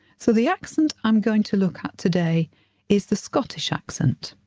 so the accent i'm going to look at today is the scottish accent.